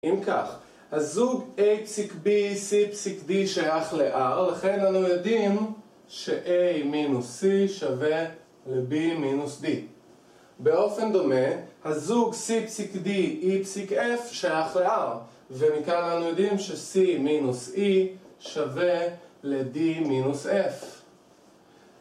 אם כך, הזוג A פסיק B, C פסיק D שייך ל-R, לכן אנו יודעים ש-A מינוס C שווה ל-B מינוס D. באופן דומה, הזוג C פסיק D, E פסיק F שייך ל-R, ומכאן אנו יודעים ש-C מינוס E שווה ל-D מינוס F